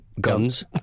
guns